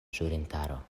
ĵurintaro